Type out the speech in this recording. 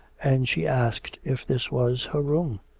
and she asked if this was her room?